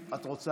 סעיף 1 נתקבל.